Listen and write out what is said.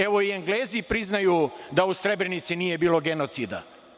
Evo, i Englezi priznaju da u Srebrenici nije bilo genocida.